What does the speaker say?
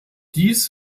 dies